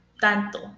tanto